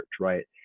right